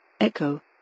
Echo